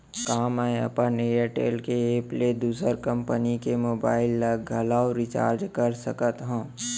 का मैं अपन एयरटेल के एप ले दूसर कंपनी के मोबाइल ला घलव रिचार्ज कर सकत हव?